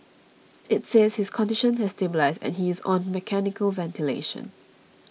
it says his condition has stabilised and he is on mechanical ventilation